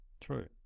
true